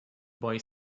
boy